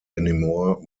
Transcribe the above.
anymore